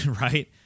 right